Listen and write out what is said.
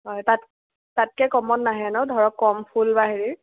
হয় তাত তাতকৈ কমত নাহে ন ধৰক কম ফুল বা হেৰি